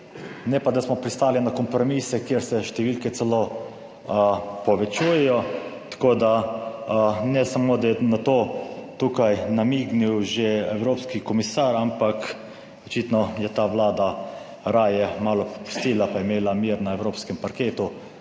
ne pa da smo pristali na kompromise, kjer se številke celo povečujejo. Tako da ne samo, da je na to tukaj namignil že evropski komisar, ampak očitno je ta Vlada raje malo popustila, pa je imela mir na evropskem parketu,